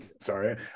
Sorry